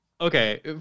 okay